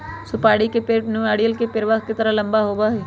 सुपारी के पेड़ नारियल के पेड़वा के तरह लंबा होबा हई